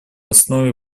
основе